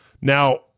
Now